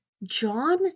John